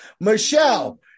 Michelle